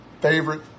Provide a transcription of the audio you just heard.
favorite